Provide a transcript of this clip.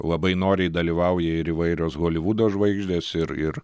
labai noriai dalyvauja ir įvairios holivudo žvaigždės ir ir